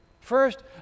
First